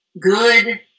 good